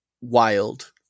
wild